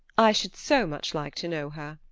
i should so much like to know her.